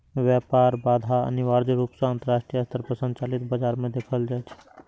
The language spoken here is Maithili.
व्यापार बाधा अनिवार्य रूप सं अंतरराष्ट्रीय स्तर पर संचालित बाजार मे देखल जाइ छै